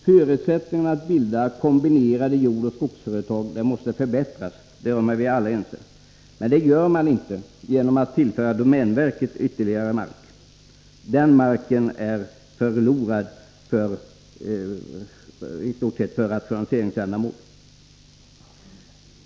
Förutsättningarna att bilda kombinerade jordoch skogsföretag måste förbättras — därom är vi alla ense. Men detta åstadkommer man inte genom att tillföra domänverket ytterligare mark; den marken är i stort sett förlorad för rationaliseringsändamål.